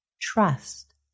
Trust